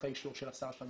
אחרי אישור של השר שלנו,